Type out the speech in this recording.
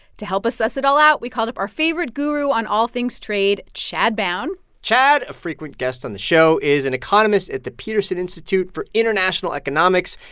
to help us sus it all out, we called up our favorite guru on all things trade, chad bown chad, a frequent guest on the show, is an economist at the peterson institute for international economics,